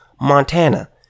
montana